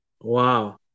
Wow